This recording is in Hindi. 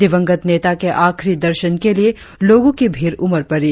दिवंगत नेता के आखिरी दर्शन के लिए लोगों की भीड़ उमड़ पड़ी